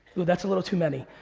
that's a little too many.